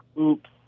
oops